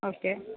okay